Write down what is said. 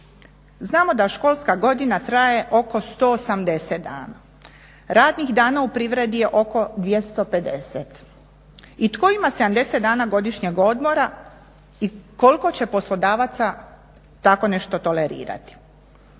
Znamo da školska godina traje oko 180 dana, radnih dana u privredi je oko 250 i tko ima 70 dana godišnjeg odmora i koliko će poslodavaca tako nešto tolerirati.